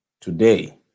today